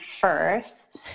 first